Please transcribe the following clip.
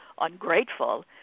ungrateful